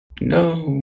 No